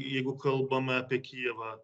jeigu kalbame apie kijevą